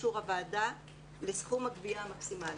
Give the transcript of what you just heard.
אישור הוועדה לסכום הגבייה המקסימלי.